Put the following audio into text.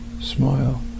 smile